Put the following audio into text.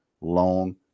long